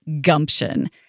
gumption